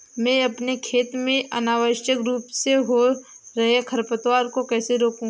मैं अपने खेत में अनावश्यक रूप से हो रहे खरपतवार को कैसे रोकूं?